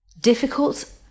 Difficult